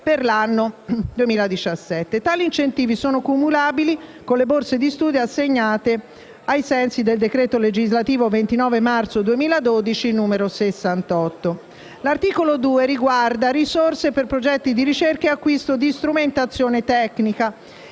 per l'anno 2017. Tali incentivi sono cumulabili con le borse di studio assegnate ai sensi del decreto legislativo n. 68 del 29 marzo 2012. L'articolo 2 riguarda «Risorse per progetti di ricerca e acquisto di strumentazione tecnica»